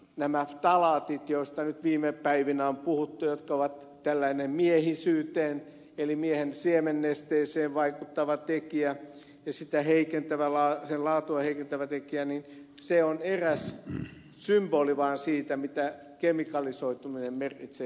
nämä ftalaatit joista nyt viime päivinä on puhuttu jotka ovat miehisyyteen eli miehen siemennesteeseen vaikuttava tekijä ja sen laatua heikentävä tekijä ovat vain eräs symboli siitä mitä kemikalisoituminen merkitsee